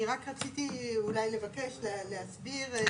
אני רק רציתי אולי לבקש להסביר.